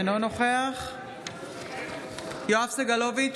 אינו נוכח יואב סגלוביץ'